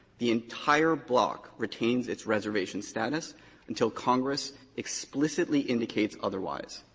the entire block retains its reservation status until congress explicitly indicates otherwise.